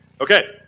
Okay